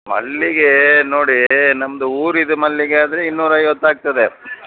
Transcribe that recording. ಮಲ್ಲಿಗೆ ನೋಡಿ ನಮ್ಮದು ಊರಿದ್ದು ಮಲ್ಲಿಗೆ ಆದ್ರೆ ಇನ್ನೂರು ಐವತ್ತು ಆಗ್ತದೆ